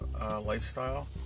lifestyle